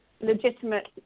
legitimate